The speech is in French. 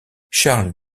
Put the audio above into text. charles